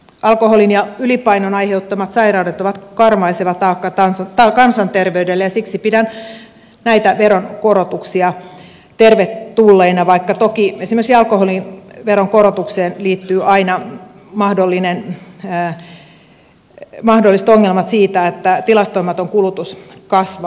alkoholin ja ylipainon aiheuttamat sairaudet ovat karmaiseva taakka kansanterveydelle ja siksi pidän näitä veronkorotuksia tervetulleina vaikka toki esimerkiksi alkoholin veronkorotukseen liittyy aina mahdolliset ongelmat siitä että tilastoimaton kulutus kasvaa